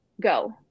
go